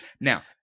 Now